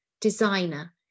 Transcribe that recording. designer